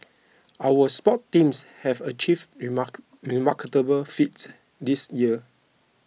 our sports teams have achieved remark remarkable feats this year